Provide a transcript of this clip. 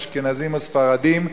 אשכנזים או ספרדים.